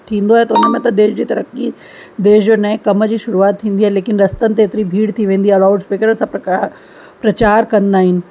थींदो आहे त हुन में त देश जी तरक्की देश जो नएं कम जी शुरुआत थींदी आहे लेकिनि रस्तनि ते एतिरी भीड़ थी वेंदी आहे लाउडस्पीकरनि सां प्रकार प्रचार कंदा आहिनि